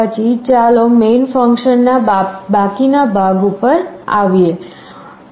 પછી ચાલો main ફંક્શનના બાકીના ભાગ પર આવીએ